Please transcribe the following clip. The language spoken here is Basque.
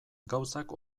gauzak